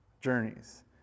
journeys